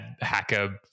hacker